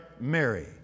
Mary